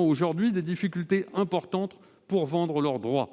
aujourd'hui des difficultés importantes pour vendre leurs droits.